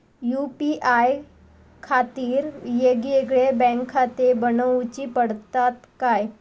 UPI खातीर येगयेगळे बँकखाते बनऊची पडतात काय?